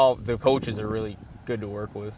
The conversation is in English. all the coaches are really good to work with